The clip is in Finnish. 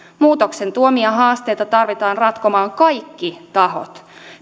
muutoksen tuomia haasteita tarvitaan ratkomaan kaikki tahot